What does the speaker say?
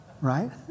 right